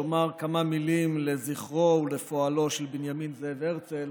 לומר כמה מילים לזכרו ועל פועלו של בנימין זאב הרצל.